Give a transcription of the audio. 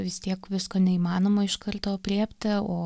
vis tiek visko neįmanoma iš karto aprėpti o